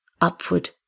Upward